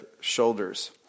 shoulders